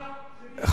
לא.